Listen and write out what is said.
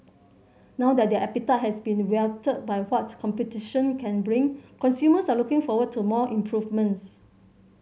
now that their appetite has been whetted by what competition can bring consumers are looking forward to more improvements